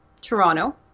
Toronto